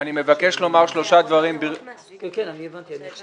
אני מבקש לומר שלושה דברים, אני אומר